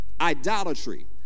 Idolatry